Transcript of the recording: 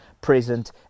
present